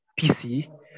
PC